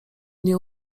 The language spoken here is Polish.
nie